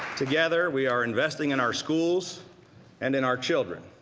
together we are investing in our schools and in our children.